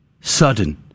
Sudden